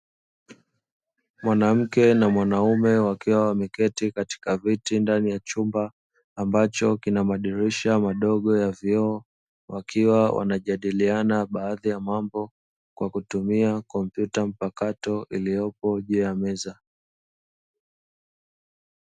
Mwanamke na mwanaume wakiwa wameketi katika viti, ndani ya chumba ambacho kina madirisha madogo ya vioo, wakiwa wanajadiliana baadhi ya mambo kwa kutumia kompyuta mpakato iliyopo juu ya meza.